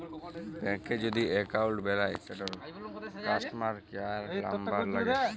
ব্যাংকে যদি এক্কাউল্ট বেলায় সেটর কাস্টমার কেয়ার লামবার ল্যাগে